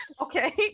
Okay